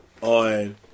on